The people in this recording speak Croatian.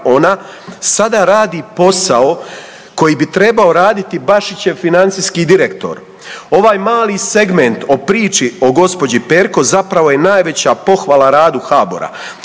ona, sada radi posao koji bi trebao raditi Bašićev financijski direktor. Ovaj mali segment o priči o gđi. Perko zapravo je najveća pohvala radu HBOR-a.